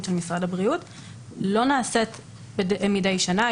של משרד הבריאות לא נעשות מדי שנה.